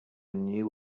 new